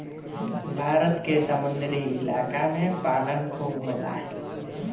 भारत के समुंदरी इलाका में पालन खूब होला